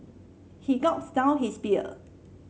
he gulped down his beer